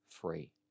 free